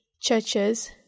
churches